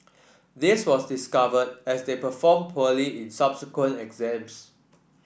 this was discovered as they performed poorly in subsequent exams